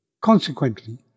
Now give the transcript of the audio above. Consequently